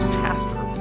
pastor